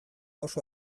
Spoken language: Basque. oso